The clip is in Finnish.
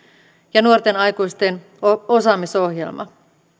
ja nuorten aikuisten osaamisohjelma